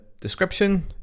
description